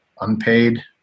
unpaid